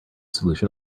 solution